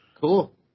Cool